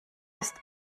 ist